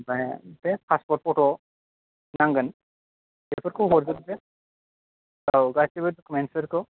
ओमफ्राय बे फासपर्ट फट' नांगोन बेफोरखौ हरजोबदो औ गासैबो डुकुमेन्सफोरखौ